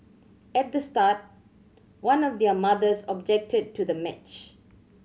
at the start one of their mothers objected to the match